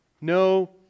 no